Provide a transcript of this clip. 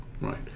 right